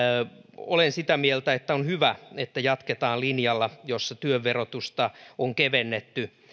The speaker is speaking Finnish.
olen sitä mieltä että on hyvä että jatketaan linjalla jolla työn verotusta on kevennetty